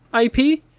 IP